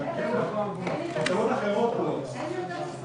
הרשויות המקומיות לעניין המתחמים,